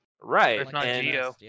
Right